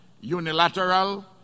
unilateral